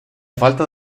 falta